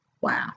wow